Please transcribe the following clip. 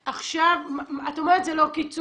את אומרת זה לא קיצוץ,